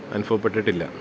അനുഭവപ്പെട്ടിട്ടില്ല